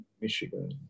Michigan